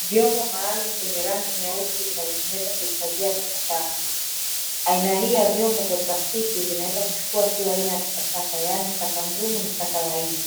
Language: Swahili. Vyombo maalumu vyenye rangi nyeusi vinavyotumika kuhifadhia takataka. Aina hii ya vyombo vya plastiki vinaweza kuchukua kila aina ya takataka, yaani taka ngumu na taka laini.